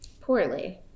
poorly